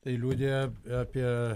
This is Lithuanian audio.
tai liudija apie